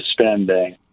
spending